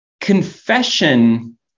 Confession